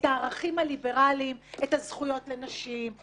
את הערכים הליברליים את הזכויות לנשים,